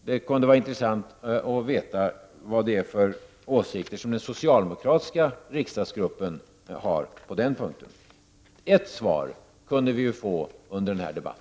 Det kunde vara intressant att få veta vilka åsikter den socialdemokratiska riksdagsgruppen har på den punkten. Ett svar kunde vi ju få under denna debatt.